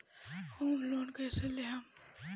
Home loan कैसे लेहम?